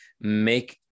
make